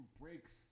breaks